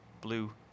blue